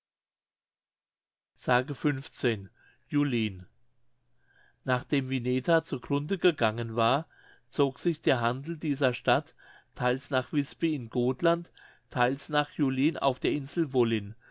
s julin nachdem wineta zu grunde gegangen war zog sich der handel dieser stadt theils nach wisbi in gothland theils nach julin auf der insel wollin